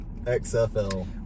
xfl